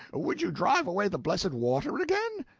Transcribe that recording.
would you drive away the blessed water again?